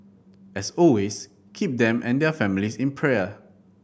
as always keep them and their families in prayer